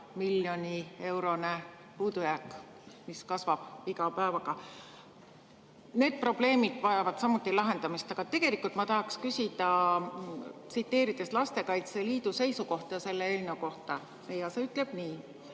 miljoni eurone puudujääk, mis kasvab iga päevaga. Need probleemid vajavad samuti lahendamist. Aga tegelikult ma tahaksin küsida, tsiteerides Lastekaitse Liidu seisukohta selle eelnõu kohta ja see ütleb nii: